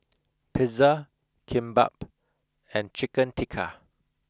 pizza kimbap and chicken tikka